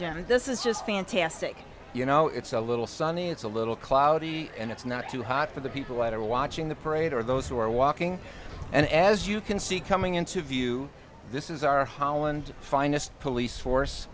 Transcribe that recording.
and this is just fantastic you know it's a little sunny it's a little cloudy and it's not too hot for the people that are watching the parade or those who are walking and as you can see coming into view this is our holland finest police force